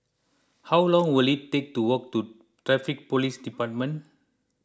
how long will it take to walk to Traffic Police Department